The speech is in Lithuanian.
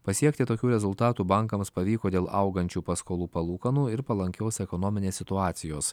pasiekti tokių rezultatų bankams pavyko dėl augančių paskolų palūkanų ir palankios ekonominės situacijos